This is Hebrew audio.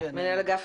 כשאזרח מקבל הנחה,